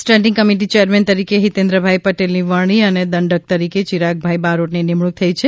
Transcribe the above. standing committee chairman તરીકે હિતેન્દ્રભાઇ પટેલની વરણી અને દંડક તરીકે ચિરાગભાઇ બારોટની નિમણૂંક થઇ છે